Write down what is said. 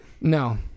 No